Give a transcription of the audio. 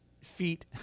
feet